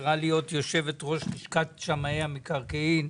שנבחרה ליושבת-ראש לשכת שמאי המקרקעין.